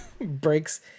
breaks